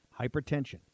Hypertension